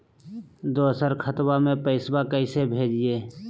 दोसर खतबा में पैसबा कैसे भेजिए?